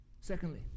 Secondly